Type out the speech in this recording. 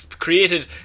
created